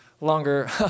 longer